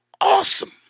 awesome